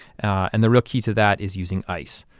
and the real key to that is using ice.